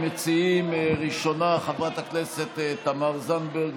ראשונה, חברת הכנסת תמר זנדברג.